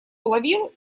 ловил